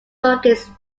markets